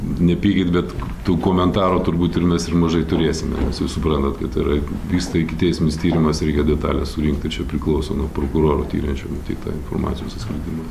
nepykit bet tų komentarų turbūt ir mes ir mažai turėsime visi suprantat kad yra vyksta ikiteisminis tyrimas reikia detales surinkt tai čia priklauso nuo prokurorų tiriančių matyt tą informacijos atskleidimą